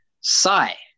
sigh